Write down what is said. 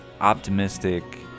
optimistic